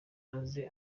aze